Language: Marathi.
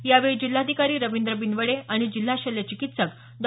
यावेळी जिल्हाधिकारी रवींद्र बिनवडे आणि जिल्हा शल्यचिकित्सक डॉ